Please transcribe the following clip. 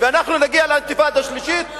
ואנחנו נגיע לאינתיפאדה שלישית,